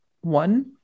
one